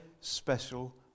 special